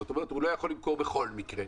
זאת אומרת, הוא לא יכול למכור בכל מקרה.